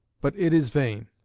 but it is vain.